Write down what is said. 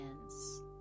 hands